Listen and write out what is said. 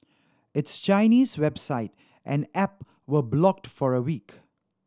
its Chinese website and app were blocked for a week